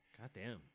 Goddamn